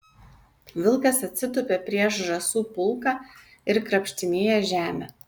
vilkas atsitupia prieš žąsų pulką ir krapštinėja žemę